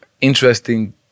interesting